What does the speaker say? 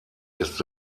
ist